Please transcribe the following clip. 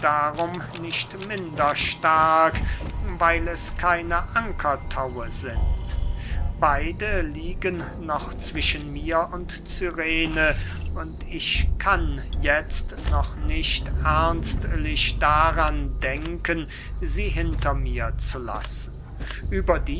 nicht minder stark weil es keine ankertaue sind beide liegen noch zwischen mir und cyrene und ich kann jetzt noch nicht ernstlich daran denken sie hinter mir zu lassen